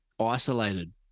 isolated